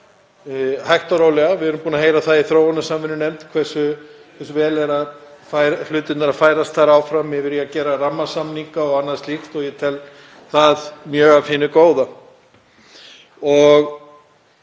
hægt og rólega. Við erum búin að heyra það í þróunarsamvinnunefnd hversu vel hlutirnir færast þar áfram yfir í að gera rammasamninga og annað slíkt. Ég tel það mjög af hinu góða.